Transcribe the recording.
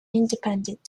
independent